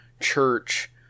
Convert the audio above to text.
church